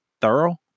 thorough